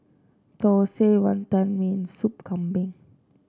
thosai Wantan Mee Sop Kambing